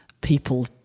people